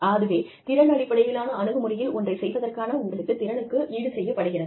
அதுவே திறன் அடிப்படையிலான அணுகுமுறையில் ஒன்றைச் செய்வதற்கான உங்களது திறனுக்கு ஈடுசெய்யப்படுகிறது